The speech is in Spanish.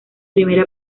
primera